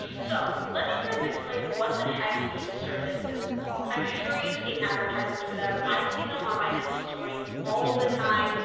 so let me kind of explain what the heck these services are. i'm sure you've seen advertisements for them. i see them on my insta story all the time.